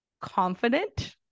confident